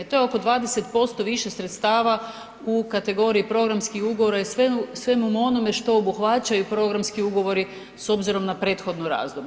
To je oko 20% više sredstava u kategoriji programskih ugovora i svemu onome što obuhvaćaju programski ugovori s obzirom na prethodno razdoblje.